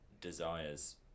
desires